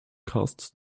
costs